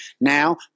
now